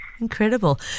Incredible